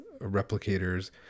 replicators